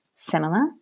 similar